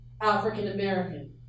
African-American